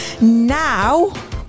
now